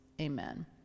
Amen